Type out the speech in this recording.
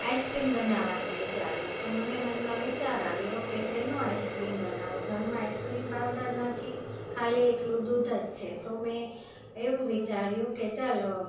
ice cream બનાવવાનું વિચાર્યું તો મને મનમાં વિચાર આવ્યો કે શેનો આઈસ્ક્રીમ બનાવું ઘરમાં આઈસ્ક્રીમ પાવડર નથી ખાલી એકલું દૂધ જ છે તો મેં એવું વિચાર્યું કે ચાલ